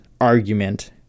argument